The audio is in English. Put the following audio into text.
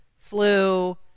flu